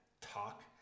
talk